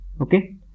Okay